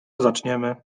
zaczniemy